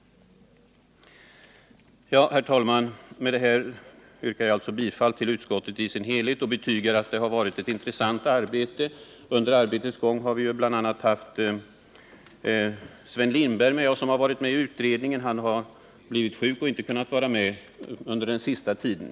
Med detta yrkar jag alltså bifall till utskottets hemställan i dess helhet förutom under punkten 8 b, där jag yrkar bifall till reservationen 13. Jag betygar att det har varit ett intressant arbete. Under arbetets gång har vi bl.a. haft Sven Lindberg med oss, som har varit med i utredningen. Han har blivit sjuk och inte kunnat vara med under den senaste tiden.